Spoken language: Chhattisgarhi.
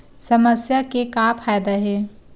समस्या के का फ़ायदा हे?